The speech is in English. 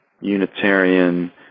Unitarian